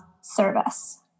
service